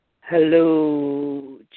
Hello